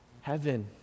heaven